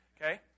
Okay